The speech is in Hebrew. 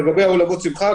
לגבי האולמות השמחה,